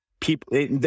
people